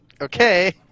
Okay